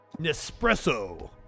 Nespresso